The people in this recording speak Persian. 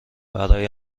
برای